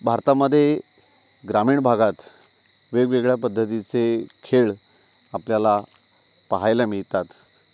भारतामध्ये ग्रामीण भागात वेगवेगळ्या पद्धतीचे खेळ आपल्याला पाहायला मिळतात